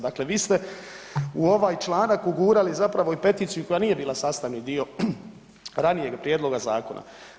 Dakle, vi ste u ovaj članak ugurali zapravo i peticiju koja nije bila sastavni dio ranijega prijedloga zakona.